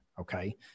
Okay